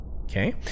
okay